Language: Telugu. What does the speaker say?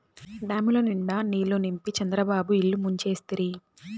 డాముల నిండా నీళ్ళు నింపి చంద్రబాబు ఇల్లు ముంచేస్తిరి